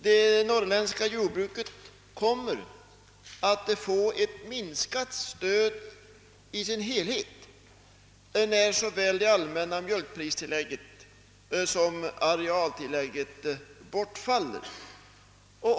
Det norrländska jordbruket kommer att få ett minskat stöd, som helhet betraktat, när såväl det allmänna mjölkpristillägget som arealtillägget bortfaller.